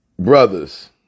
Brothers